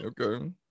Okay